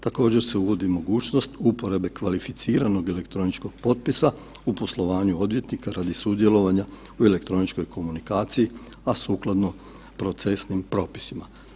Također se uvodi mogućnost uporabe kvalificiranog elektroničkog potpisa u poslovanju odvjetnika radi sudjelovanja u elektroničkoj komunikaciji, a sukladno procesnim propisima.